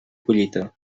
collita